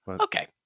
Okay